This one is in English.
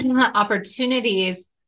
opportunities